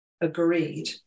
agreed